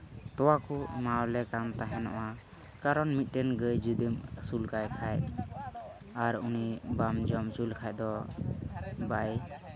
ᱛᱚᱣᱟ ᱠᱚ ᱮᱢᱟᱣᱟᱞᱮ ᱠᱟᱱ ᱛᱟᱦᱮᱱᱚᱜᱼᱟ ᱠᱟᱨᱚᱢᱱ ᱢᱤᱫᱴᱮᱱ ᱜᱟᱹᱭ ᱡᱩᱫᱤᱢ ᱟᱹᱥᱩᱞ ᱠᱟᱭ ᱠᱷᱟᱡ ᱟᱨ ᱩᱱᱤ ᱵᱟᱢ ᱡᱚᱢ ᱦᱚᱪᱚ ᱞᱮᱠᱷᱟᱱ ᱫᱚ ᱵᱟᱭ